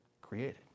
created